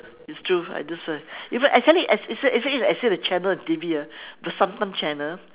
it's true that's why you know actually it's a it's a it's a as if channel a T_V ah the vasantham channel